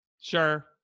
Sure